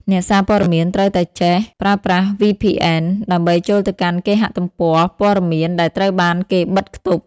អ្នកសារព័ត៌មានត្រូវតែចេះប្រើប្រាស់ VPN ដើម្បីចូលទៅកាន់គេហទំព័រព័ត៌មានដែលត្រូវបានគេបិទខ្ទប់។